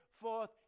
forth